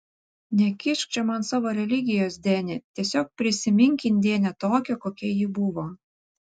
nekišk čia man savo religijos deni tiesiog prisimink indėnę tokią kokia ji buvo